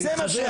זה מה שאת.